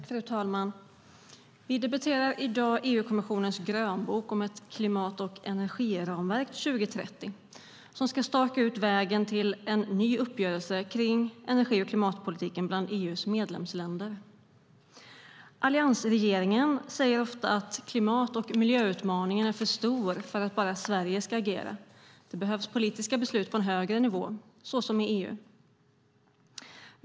Fru talman! Vi debatterar i dag EU-kommission-ens grönbok om ett klimat och energiramverk till 2030, vilket ska staka ut vägen till en ny uppgörelse kring energi och klimatpolitiken bland EU:s medlemsländer. Alliansregeringen säger ofta att klimat och miljöutmaningen är för stor för att bara Sverige ska agera och att det behövs politiska beslut på en högre nivå, såsom i EU.